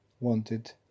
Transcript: wanted